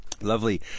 Lovely